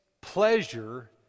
pleasure